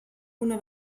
una